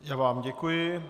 Já vám děkuji.